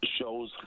shows